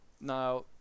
Now